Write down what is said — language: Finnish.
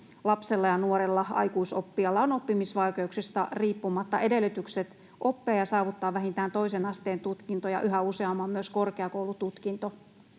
lapsella, nuorella ja aikuisoppijalla on oppimisvaikeuksista riippumatta edellytykset oppia ja saavuttaa vähintään toisen asteen tutkinto ja yhä useamman myös korkeakoulututkinto.